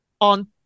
on